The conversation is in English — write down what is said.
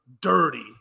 dirty